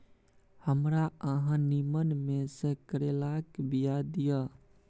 हमरा अहाँ नीमन में से करैलाक बीया दिय?